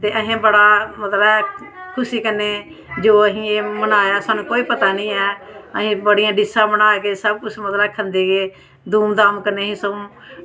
ते असें बड़ा मतलब खुशी कन्नै जो मनाया ओह् सानूं बिल्कुल पता निं ऐ असें बहुत डिशां बनाई दियां अस सबकुछ मतलब खंदे गे धूमधाम कन्नै